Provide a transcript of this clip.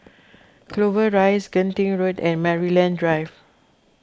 Clover Rise Genting Road and Maryland Drive